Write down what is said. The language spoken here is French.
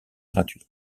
gratuits